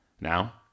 Now